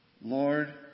Lord